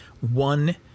one